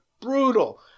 brutal